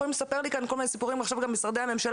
יכולים לספר לי כאן כל מיני סיפורים עכשיו גם משרדי הממשלה,